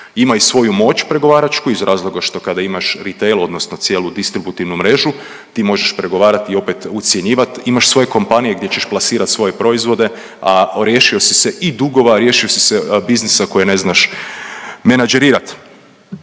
ima i svoju moć pregovaračku iz razloga što kada imaš retail odnosno cijelu distributivnu mrežu, ti možeš pregovarati i opet ucjenjivati, imaš svoje kompanije gdje ćeš plasirati svoje proizvode, a riješio si se i dugova, riješio si se biznisa koji ne znaš menadžerirat.